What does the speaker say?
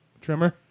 Trimmer